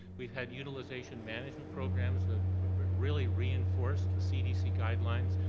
we've had utilization management programs that really reinforce the cdc guidelines.